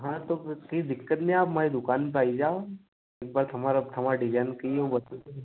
हाँ तो कोई दिक़्क़त नहीं आप हमारी दुकान पर आ जाओ एक बार हमारे हमारे डिजाइन की